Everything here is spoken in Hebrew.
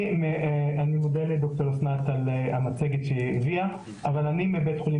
אני מודה לד"ר אסנת על המצגת שהיא הביאה אבל אני מבית החולים